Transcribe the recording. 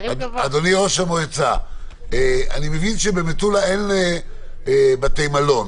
אדוני ראש המועצה, אני מבין שבמטולה אין בתי מלון.